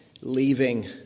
leaving